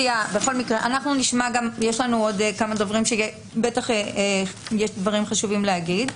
יש לנו עוד כמה דוברים שבטח יש להם דברים חשובים להגיד.